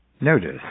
Notice